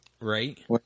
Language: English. Right